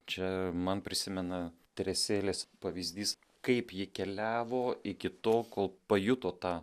čia man prisimena teresėlės pavyzdys kaip ji keliavo iki tol kol pajuto tą